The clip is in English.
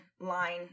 line